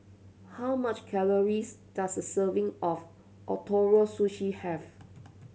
how much calories does a serving of Ootoro Sushi have